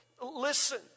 listen